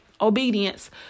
obedience